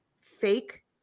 fake